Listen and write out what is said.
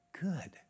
good